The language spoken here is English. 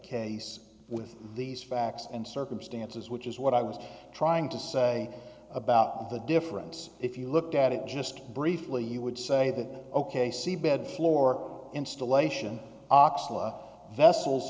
case with these facts and circumstances which is what i was trying to say about the difference if you looked at it just briefly you would say that ok seabed floor installation vessels